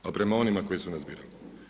Ali prema onima koji su nas birali.